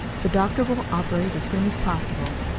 the doctor will operate as soon as possible.